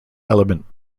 element